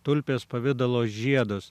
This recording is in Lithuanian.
tulpės pavidalo žiedus